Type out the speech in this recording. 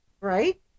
right